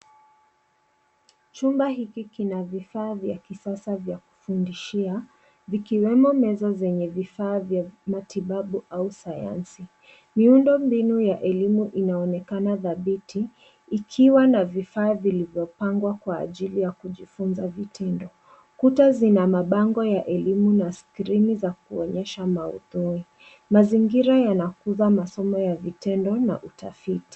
Chumba hiki kina vifaa vya kisasa vya kufundishia vikiwemo meza zenye vifaa vya matibabu au sayansi. Miundo mbinu ya elimu inaonekana dhabiti ikiwa na vifaa vilivyopangwa kwa ajili ya kujifunza vitindo. Kuta zina mabango ya elimu na skrini za kuonyesha maudhui. Mazingira yanakuza masomo ya vitendo na utafiti.